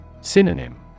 Synonym